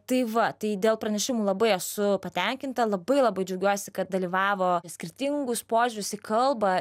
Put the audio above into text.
tai va tai dėl pranešimų labai esu patenkinta labai labai džiaugiuosi kad dalyvavo skirtingus požiūrius į kalbą